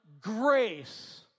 grace